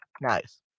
nice